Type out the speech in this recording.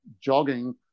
jogging